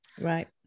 right